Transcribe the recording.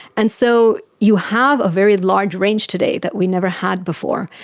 and so you have a very large range today that we never had before.